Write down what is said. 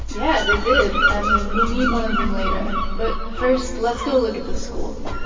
yeah they did. and, we'll meet one of them later but first, let's go look at the school.